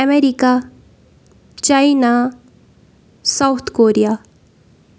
America China South Korea